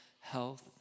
health